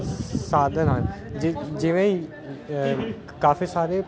ਸਾਧਨ ਹਨ ਜਿਵੇਂ ਹੀ ਕਾਫੀ ਸਾਰੇ